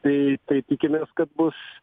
tai tai tikimės kad bus